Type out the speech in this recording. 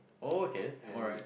okay alright